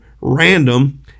random